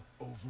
over